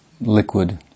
liquid